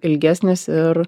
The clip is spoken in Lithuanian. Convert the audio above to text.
ilgesnis ir